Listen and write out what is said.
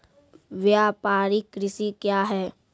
व्यापारिक कृषि क्या हैं?